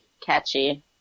catchy